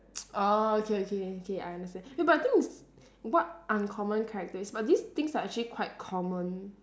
orh okay okay K I understand no but the thing is what uncommon characteristic but these things are actually quite common